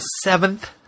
seventh